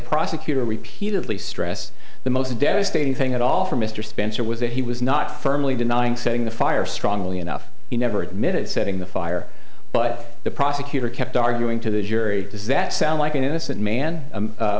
prosecutor repeatedly stress the most devastating thing at all for mr spencer was that he was not firmly denying saying the fire strongly enough he never admitted setting the fire but the prosecutor kept arguing to the jury does that sound like an innocent man